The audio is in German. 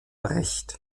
recht